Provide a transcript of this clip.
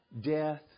death